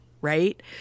right